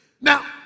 Now